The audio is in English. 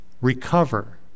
Recover